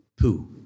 poo